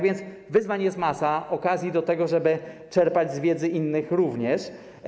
Wyzwań jest masa, okazji do tego, żeby czerpać z wiedzy innych również.